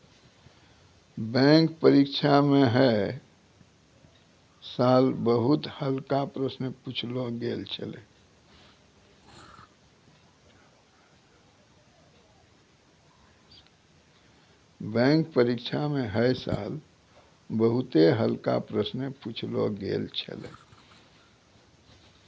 bank परीक्षा म है साल बहुते हल्का प्रश्न पुछलो गेल छलै